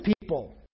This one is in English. people